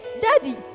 daddy